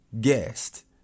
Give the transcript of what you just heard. guest